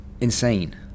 insane